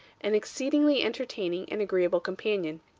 an exceedingly entertaining and agreeable companion.